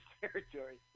territory